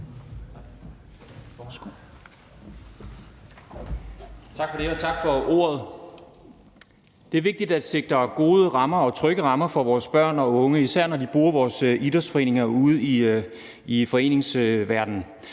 Tak for det, og tak for ordet. Det er vigtigt at sikre gode rammer og trygge rammer for vores børn og unge, især når de bruger vores idrætsforeninger ude i foreningsverdenen.